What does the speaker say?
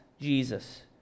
Jesus